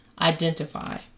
identify